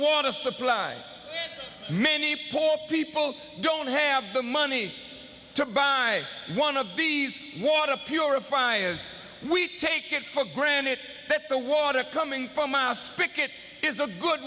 water supply many poor people don't have the money to buy one of these water purifiers we take it for granted that the water coming from our spicket is a good